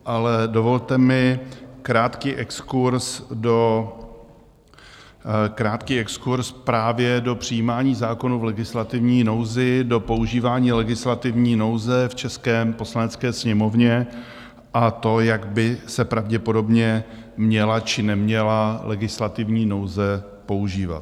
Ale dovolte mi krátký exkurz právě do přijímání zákonů v legislativní nouzi, do používání legislativní nouze v české Poslanecké sněmovně, a to, jak by se pravděpodobně měla či neměla legislativní nouze používat.